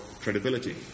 credibility